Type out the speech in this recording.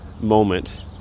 moment